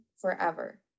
forever